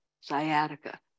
sciatica